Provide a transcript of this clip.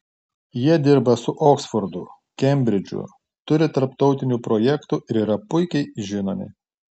jie dirba su oksfordu kembridžu turi tarptautinių projektų ir yra puikiai žinomi